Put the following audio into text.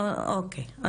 אוקיי.